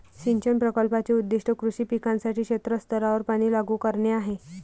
सिंचन प्रकल्पाचे उद्दीष्ट कृषी पिकांसाठी क्षेत्र स्तरावर पाणी लागू करणे आहे